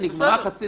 תוסיף בלי